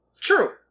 True